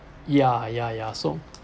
ya ya ya so